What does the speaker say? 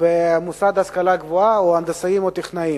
במוסד להשכלה גבוהה או הנדסאים או טכנאים,